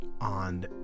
on